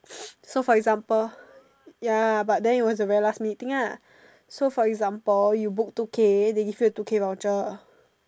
so for example ya but then it was a very last minute thing lah so for example you book two K they give you a two K voucher